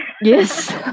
Yes